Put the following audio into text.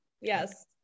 Yes